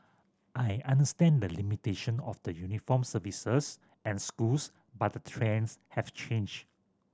I understand the limitation of the uniformed services and schools but the trends have changed